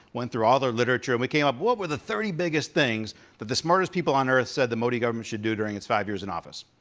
went through all their literature, and we came up with, what were the thirty biggest things that the smartest people on earth said the modi government should do during its five years in office?